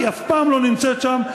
היא אף פעם לא נמצאת שם,